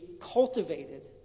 cultivated